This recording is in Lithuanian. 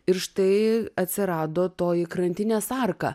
ir štai atsirado toji krantinės arka